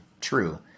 true